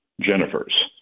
Jennifer's